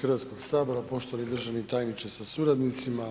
Hvala vam poštovani potpredsjedniče HS, poštovani državni tajniče sa suradnicima,